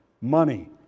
money